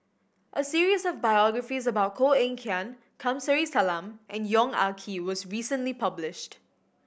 a series of biographies about Koh Eng Kian Kamsari Salam and Yong Ah Kee was recently published